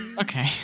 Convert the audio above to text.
Okay